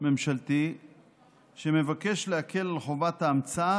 ממשלתי שמבקש להקל על חובת ההמצאה,